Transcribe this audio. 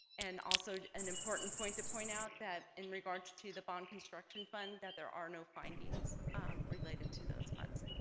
and also an important point to point out that in regards to the bond construction fund that there are no findings related to those funds